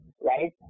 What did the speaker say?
right